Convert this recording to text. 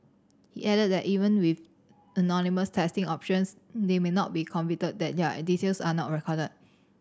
he added that even with anonymous testing options they may not be convinced that their details are not recorded